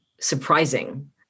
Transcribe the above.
surprising